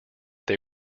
they